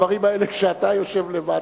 לדברים האלה כשאתה יושב למטה.